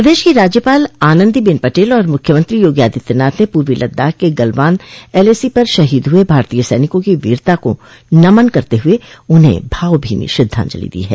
प्रदेश की राज्यपाल आनन्दीबेन पटेल और मुख्यमंत्री योगी आदित्यनाथ ने पूर्वी लददाख के गलवान एलएसी पर शहीद हुए भारतीय सैनिकों की वीरता को नमन करते हुए उन्हें भावभीनी श्रद्धाजंलि दी है